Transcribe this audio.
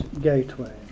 Gateway